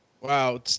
Wow